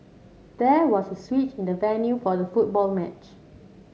there was a switch in the venue for the football match